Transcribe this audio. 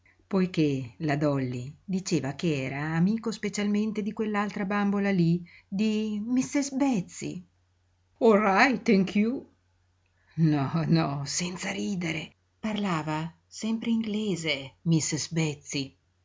poiché la dolly diceva che era amico specialmente di quell'altra bambola lí di mistress betsy all right thank you no no senza ridere parlava sempre inglese mistress betsy